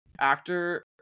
actor